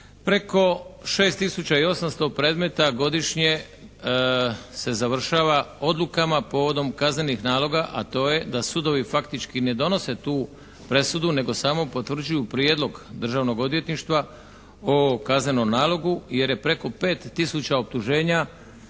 i 800 predmeta godišnje se završava odlukama povodom kaznenih naloga, a to je da sudovi faktički ne donose tu presudu nego samo potvrđuju prijedlog državnog odvjetništva o kaznenom nalogu jer je preko 5 tisuća optuženja